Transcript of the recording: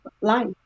life